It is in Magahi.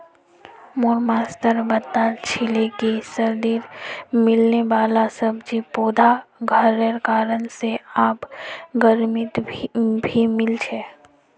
मोर मास्टर बता छीले कि सर्दित मिलने वाला सब्जि पौधा घरेर कारण से आब गर्मित भी मिल छे